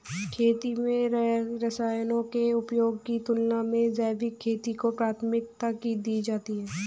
खेती में रसायनों के उपयोग की तुलना में जैविक खेती को प्राथमिकता दी जाती है